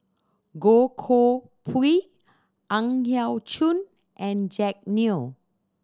Goh Koh Pui Ang Yau Choon and Jack Neo